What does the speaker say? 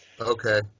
okay